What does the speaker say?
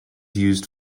used